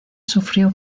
sufrió